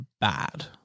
bad